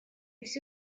все